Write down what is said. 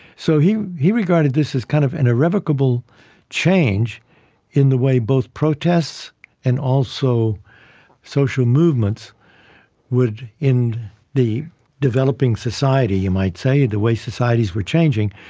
so he he regarded this as kind of an irrevocable change in the way both protests and also social movements would, in the developing society, you might say, the way societies were changing,